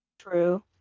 True